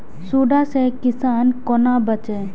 सुंडा से किसान कोना बचे?